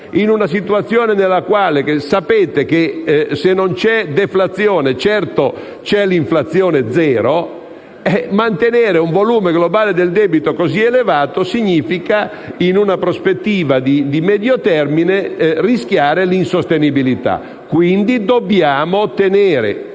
in una situazione nella quale, se non c'è deflazione, c'è sicuramente inflazione zero, mantenere un volume globale del debito così elevato significa, in una prospettiva di medio termine, rischiare l'insostenibilità. Quindi, dobbiamo ottenere